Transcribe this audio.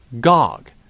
Gog